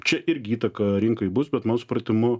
čia irgi įtaką rinkai bus bet mano supratimu